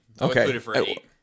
Okay